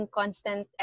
constant